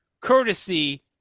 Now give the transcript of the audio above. Courtesy